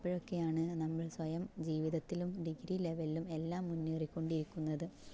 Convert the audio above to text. അപ്പോഴൊക്കെയാണ് നമ്മൾ സ്വയം ജീവിതത്തിലും ഡിഗ്രി ലെവലിലും എല്ലാം മുന്നേറിക്കൊണ്ടിരിക്കുന്നത്